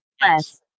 Yes